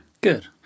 Good